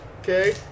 Okay